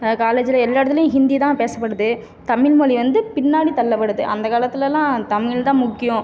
காலேஜில் எல்லா இடத்துலியும் ஹிந்தி தான் பேசப்படுது தமிழ் மொழி வந்து பின்னாடி தள்ளப்படுது அந்தக் காலத்திலலாம் தமிழ் தான் முக்கியம்